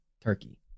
Turkey